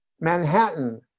Manhattan